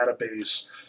database